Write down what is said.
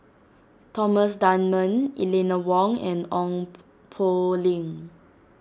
Thomas Dunman Eleanor Wong and Ong Poh Lim